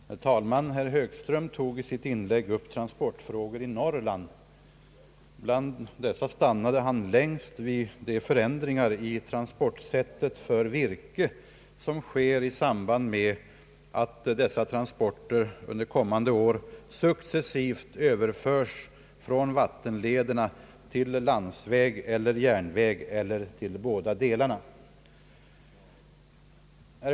Herr talman! Herr Högström tog i sitt inlägg upp transportfrågorna i Norrland. Bland dessa stannade han längst vid de förändringar i transportsättet för virke som sker i samband med att dessa transporter under kommande år successivt överföres från vattenledarna till landsväg eller järnväg eller till båda delarna.